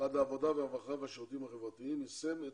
משרד העבודה והרווחה והשירותים החברתיים יישם את